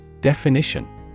Definition